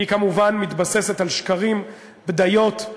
היא כמובן מתבססת על שקרים, בדיות.